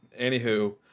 Anywho